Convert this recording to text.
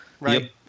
Right